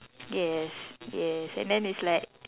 yes yes and then it's like